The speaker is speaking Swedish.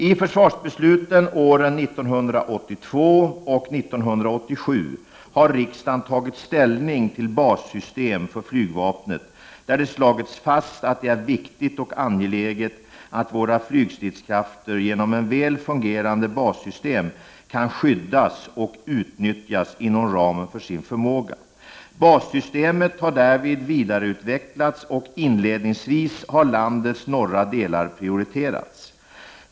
I försvarsbesluten åren 1982 och 1987 har riksdagen tagit ställning till bassystem för flygvapnet där det slagits fast att det är viktigt och angeläget att våra flygstridskrafter genom ett väl fungerande bassystem kan skyddas och utnyttjas inom ramen för sin förmåga. Bassystemet har därvid vidareutvecklats, och inledningsvis har landets norra delar prioriterats.